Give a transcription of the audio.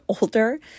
older